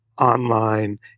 online